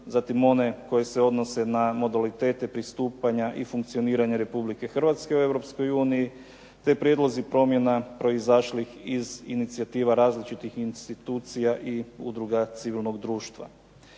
zatim one koje se odnose na modalitete pristupanja i funkcioniranja Republike Hrvatske u Europskoj uniji, te prijedlozi promjena proizašlih iz inicijativa različitih institucija i udruga civilnog društva.